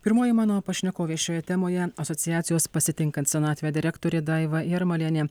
pirmoji mano pašnekovė šioje temoje asociacijos pasitinkant senatvę direktorė daiva jarmalienė